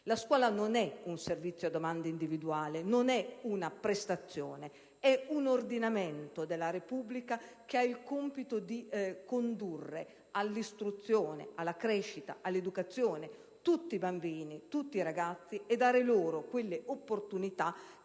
La scuola non è un servizio a domanda individuale, non è una prestazione ma un ordinamento della Repubblica che ha il compito di condurre all'istruzione, alla crescita, all'educazione tutti i bambini, tutti ragazzi e dare loro quelle opportunità che